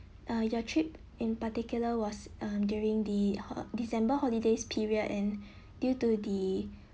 uh your trip in particular was uh during the hol~ december holidays period and due to the